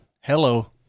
hello